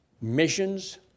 Missions